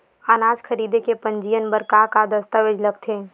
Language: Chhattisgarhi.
अनाज खरीदे के पंजीयन बर का का दस्तावेज लगथे?